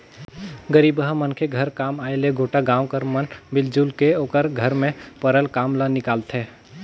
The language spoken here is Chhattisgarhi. गरीबहा मनखे घर काम आय ले गोटा गाँव कर मन मिलजुल के ओकर घर में परल काम ल निकालथें